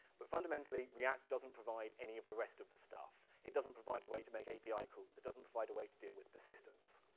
but fundamentally, react doesn't provide any of the rest of the stuff. it doesn't provide a way to make api calls, it doesn't provide a way to deal with persistence.